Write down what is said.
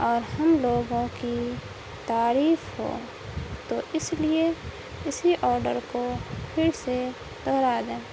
اور ہم لوگوں کی تعریف ہو تو اس لیے اسی آڈر کو پھر سے دوہرا دیں